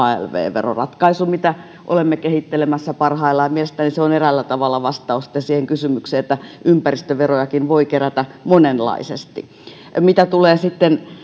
veroratkaisu jota olemme kehittelemässä parhaillaan mielestäni se on eräällä tavalla vastaus siihen kysymykseen että ympäristöverojakin voi kerätä monenlaisesti mitä tulee sitten